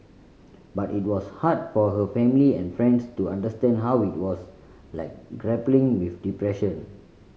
but it was hard for her family and friends to understand how it was like grappling with depression